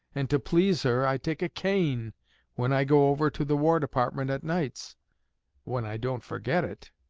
and to please her i take a cane when i go over to the war department at nights when i don't forget it.